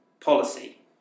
policy